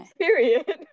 Period